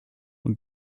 und